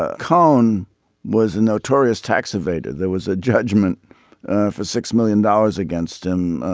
ah cohn was a notorious tax evader. there was a judgment for six million dollars against him